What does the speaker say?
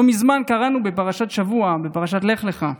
לא מזמן קראנו בפרשת השבוע, פרשת לך לך,